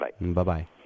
Bye-bye